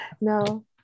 No